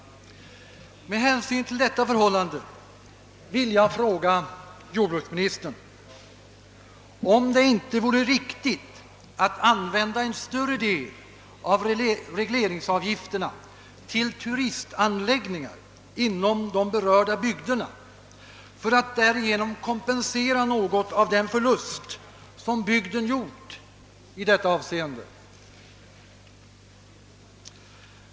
Med hänsyn till detta förhållande vill jag fråga jordbruksministern om det inte vore riktigt att använda en större del av regleringsavgifterna till turistanläggningar inom de berörda bygderna för att därigenom kompensera något av den förlust, som bygden gjort i detta avseende.